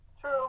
True